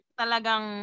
talagang